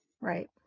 Right